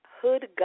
hood